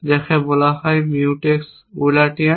যাকে বলা হয় মিউটেক্স উলাটিয়ান